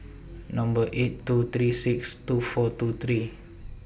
Number eight two three six two four two three